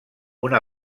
una